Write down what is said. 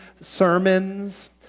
sermons